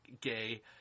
gay